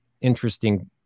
interesting